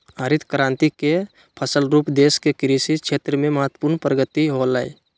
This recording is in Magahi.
हरित क्रान्ति के फलस्वरूप देश के कृषि क्षेत्र में महत्वपूर्ण प्रगति होलय